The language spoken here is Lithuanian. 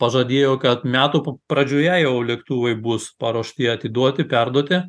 pažadėjo kad metų p pradžioje jau lėktuvai bus paruošti atiduoti perduoti